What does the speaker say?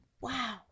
Wow